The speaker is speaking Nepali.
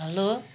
हेलो